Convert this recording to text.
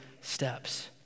steps